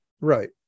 right